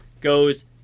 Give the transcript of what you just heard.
goes